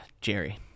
Jerry